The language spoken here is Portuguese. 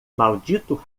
maldito